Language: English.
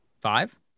five